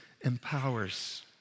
empowers